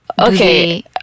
Okay